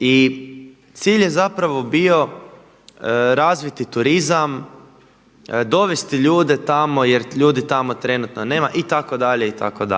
i cilj je bio razviti turizam, dovesti ljude tamo jer ljudi tamo trenutno nema itd., itd.